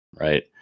Right